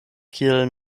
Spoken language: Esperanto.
kiel